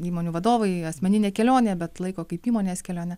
įmonių vadovai į asmeninę kelionę bet laiko kaip įmonės kelione